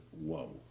whoa